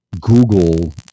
Google